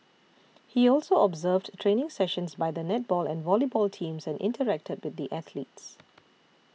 he also observed training sessions by the netball and volleyball teams and interacted with the athletes